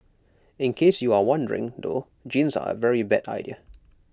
in case you are wondering though jeans are A very bad idea